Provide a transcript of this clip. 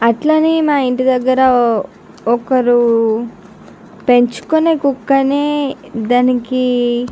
అట్లనే మా ఇంటి దగ్గర ఒకరు పెంచుకునే కుక్కని దానికి